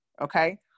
okay